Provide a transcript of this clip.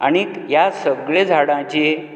आनीक ह्या सगल्या झाडांची